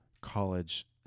college